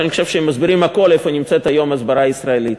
שאני חושב שהם מסבירים הכול: איפה נמצאת היום ההסברה הישראלית?